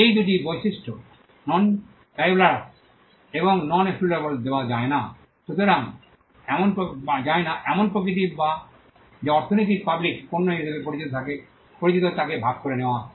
এই দুটি বৈশিষ্ট্য নন রাইভালরাস এবং নন এক্সক্লুডেবেল দেওয়া যায় না এমন প্রকৃতি যা অর্থনীতির পাবলিক পণ্য হিসাবে পরিচিত তাকে ভাগ করে নেওয়া হয়